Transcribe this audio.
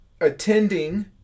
attending